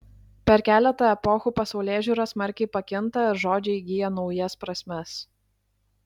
per keletą epochų pasaulėžiūra smarkiai pakinta ir žodžiai įgyja naujas prasmes